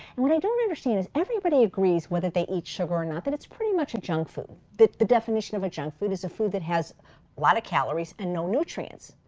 and what i don't understand is everybody agrees whether they eat sugar or not that it's pretty much a junk food. the the definition of a junk food is a food that has a lot of calories and no nutrients.